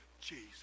Jesus